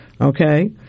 okay